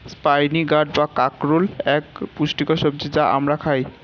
spiny gourd বা কাঁকরোল এক পুষ্টিকর সবজি যা আমরা খাই